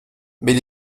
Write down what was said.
mais